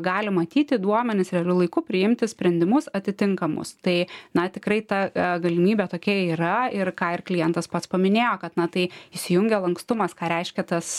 gali matyti duomenis realiu laiku priimti sprendimus atitinkamus tai na tikrai ta a galimybė tokia yra ir ką ir klientas pats paminėjo kad na tai įsijungia lankstumas ką reiškia tas